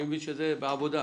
אני מבין שזה בעבודה.